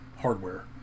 hardware